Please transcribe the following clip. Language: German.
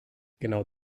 genau